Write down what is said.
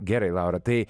gerai laura tai